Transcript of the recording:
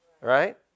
right